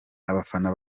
abafana